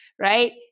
right